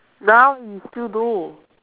now you still do